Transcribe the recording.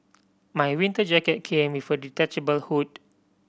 my winter jacket came with a detachable hood